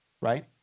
right